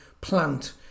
plant